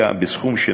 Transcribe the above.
בסכום שנע,